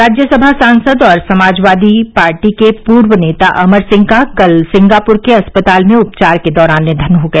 राज्यसभा सांसद और समाजवादी पार्टी के पूर्व नेता अमर सिंह का कल सिंगापुर के अस्पताल में उपचार के दौरान निधन हो गया